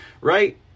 right